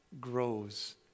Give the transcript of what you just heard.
grows